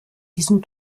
diesen